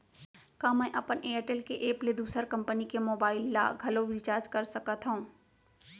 का मैं अपन एयरटेल के एप ले दूसर कंपनी के मोबाइल ला घलव रिचार्ज कर सकत हव?